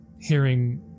hearing